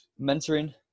mentoring